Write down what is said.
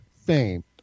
fame